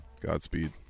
Godspeed